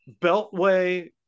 beltway